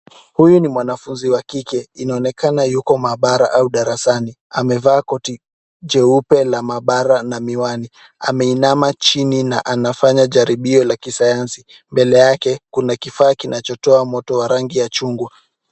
Huyu ni mwanafunzi wa kike. Inaonekana yuko maabara au darasani. Amevaa koti jeupe la maabara na miwani. Ameinama chini na anafanya jaribio la kisayansi. Mbele yake, kuna kifaa kinachotoa moto wa rangi ya chungwa.